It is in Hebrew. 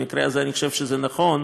במקרה הזה אני חושב שזה נכון,